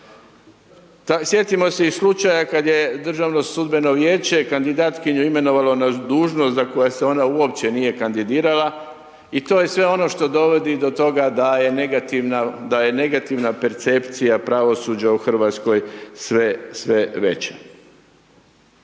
Sjetimo se i slučaja kad je Državno sudbeno vijeće kandidatkinju imenovalo na dužnost za koje se ona uopće nije kandidirala i to je sve ono što dovodi do toga da je negativna percepcija pravosuđa u RH sve veća.